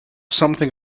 something